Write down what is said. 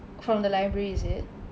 from the library is it